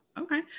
okay